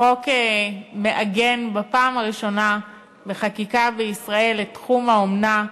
החוק מעגן בפעם הראשונה בחקיקה בישראל את תחום האומנה,